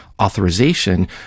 Authorization